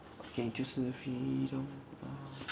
okay 就是 freedom err